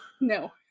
no